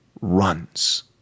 runs